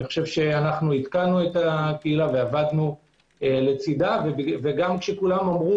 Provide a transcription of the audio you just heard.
עדכנו את הקהילה ועבדנו לצדה, וגם כשכולם אמרו